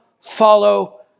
follow